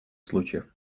случаев